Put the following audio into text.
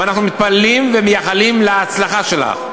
ואנחנו מתפללים ומייחלים להצלחה שלך.